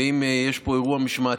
ואם יש פה אירוע משמעתי,